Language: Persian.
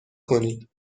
کنید